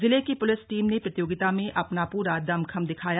जिले की police team ने प्रतियोगिता में अपना पूरा दमखम दिखाया